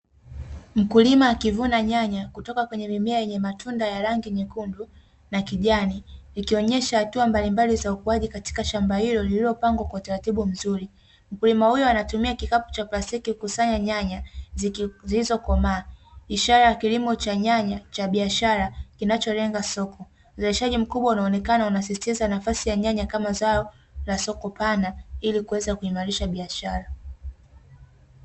Mkulima akivuna nyanya kutoka kwenye mimea yenye matunda ya rangi nyekundu na kijani, ikionyesha hatua mbalimbali za ukuaji katika shamba hilo lilopangwa kwa utaratibu mzuri. Mkulima huyo anatumia kikapo cha plastiki kukusanya nyanya zilizokomaa, ishara ya kilimo cha nyanya cha biashara kinacholenga soko, uzalishaji mkubwa unaonekana unasisitiza nafasi ya nyanya kama zao la soko pana ili kuweza kuimarisha biashara.